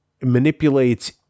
manipulates